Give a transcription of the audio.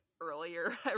earlier